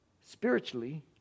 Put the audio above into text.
spiritually